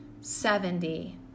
Seventy